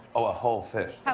a whole fish. how